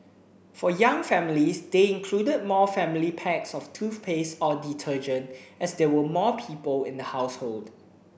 for young families they included more family packs of toothpaste or detergent as there were more people in the household